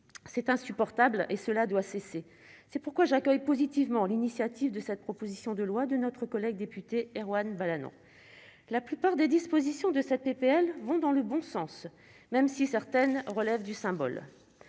c'est insupportable, et cela doit cesser, c'est pourquoi j'accueille positivement l'initiative de cette proposition de loi de notre collègue député Erwan Balanant la plupart des dispositions de cette PPL vont dans le bon sens, même si certaines relève du symbole